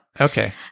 Okay